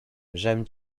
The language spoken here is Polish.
żem